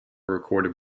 recorded